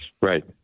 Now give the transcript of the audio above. Right